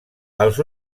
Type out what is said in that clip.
els